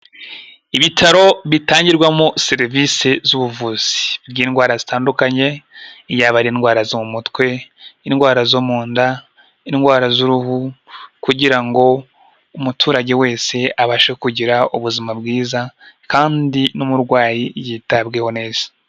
Ibitaro bitangirwamo serivisi z'ubuvuzi bw'indwara zitandukanye, yaba indwara zo mu mutwe, indwara zo mu nda, indwara z'uruhu kugira ngo umuturage wese abashe kugira ubuzima bwiza kandi n'umurwayi yitabweho neza.